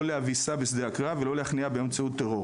לא להביסה בשדה הקרב ולא להכניעה באמצעות טרור